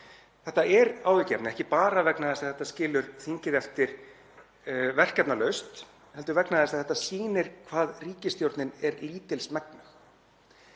Þetta er áhyggjuefni, ekki bara vegna þess að þetta skilur þingið eftir verkefnalaust heldur vegna þess að þetta sýnir hvað ríkisstjórnin er lítils megnug.